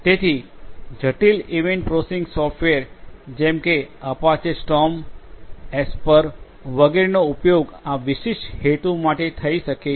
તેથી જટિલ event processing software જેમ કે અપાચે સ્ટોર્મ એસ્પર વગેરેનો ઉપયોગ આ વિશિષ્ટ હેતુ માટે થઈ શકે છે